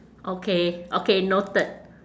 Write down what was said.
okay okay noted